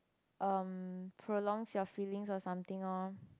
um prolongs your feelings or something loh